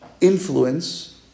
influence